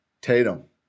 Tatum